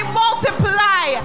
multiply